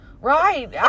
right